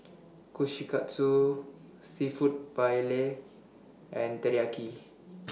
Kushikatsu Seafood Paella and Teriyaki